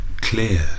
clear